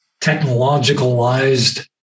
technologicalized